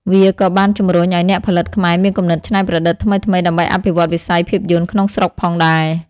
វាក៏បានជំរុញឲ្យអ្នកផលិតខ្មែរមានគំនិតច្នៃប្រឌិតថ្មីៗដើម្បីអភិវឌ្ឍវិស័យភាពយន្តក្នុងស្រុកផងដែរ។